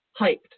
hyped